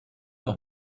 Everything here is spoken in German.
auch